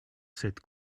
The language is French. cette